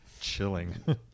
Chilling